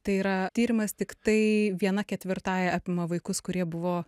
tai yra tyrimas tiktai viena ketvirtąja apima vaikus kurie buvo